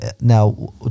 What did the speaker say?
Now